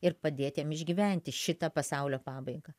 ir padėt jam išgyventi šitą pasaulio pabaigą